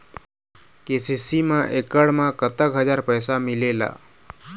KCC मा एकड़ मा कतक हजार पैसा मिलेल?